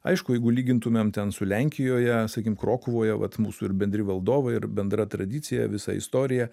aišku jeigu lygintumėm ten su lenkijoje sakykim krokuvoje vat mūsų ir bendri valdovai ir bendra tradicija visa istorija